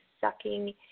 sucking